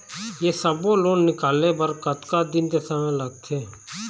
ये सब्बो लोन निकाले बर कतका दिन के समय लगथे?